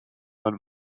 man